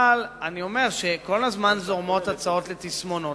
אבל אני אומר שכל הזמן זורמות הצעות של תסמונות.